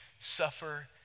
suffer